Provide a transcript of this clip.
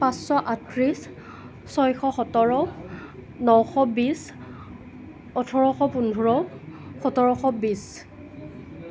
পাঁচশ আঠত্ৰিছ ছয়শ সোতৰ নশ বিছ ওঠৰশ পোন্ধৰ সোতৰশ বিছ